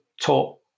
taught